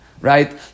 right